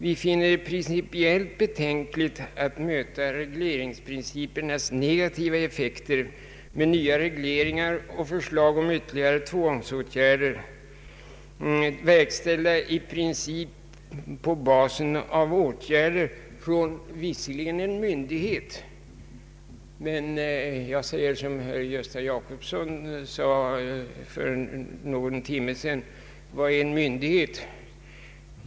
Vi finner det principiellt betänkligt att möta regleringsprincipernas negativa effekter med nya regleringar och förslag om ytterligare tvångsåtgärder, verkställda i princip på basen av åtgärder från en myndighet. Jag säger som herr Gösta Jacobsson sade för någon timme sedan: Vad är en myndighet?